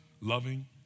loving